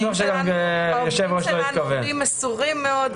העובדים שלנו מסורים מאוד,